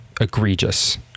egregious